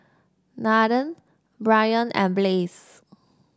Nathen Brynn and Blaze